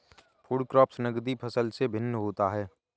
food crops नगदी फसल से भिन्न होता है